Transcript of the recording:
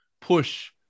push